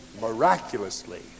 miraculously